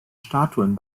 statuen